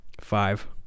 five